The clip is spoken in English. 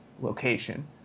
location